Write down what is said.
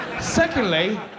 Secondly